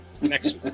next